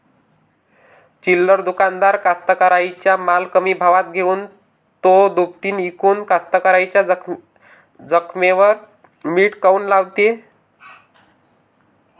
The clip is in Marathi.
चिल्लर दुकानदार कास्तकाराइच्या माल कमी भावात घेऊन थो दुपटीनं इकून कास्तकाराइच्या जखमेवर मीठ काऊन लावते?